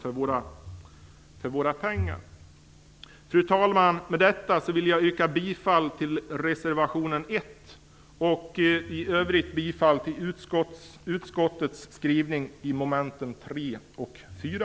Fru talman! Med detta vill jag yrka bifall till reservationen 1 och i övrigt bifall till utskottets hemställan under mom. 3 och 4.